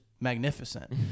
magnificent